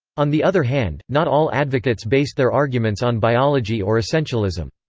on the other hand, not all advocates based their arguments on biology or essentialism.